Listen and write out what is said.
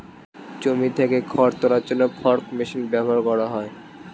জমি থেকে খড় তোলার জন্য ফর্ক মেশিন ব্যবহার করা হয়